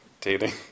dating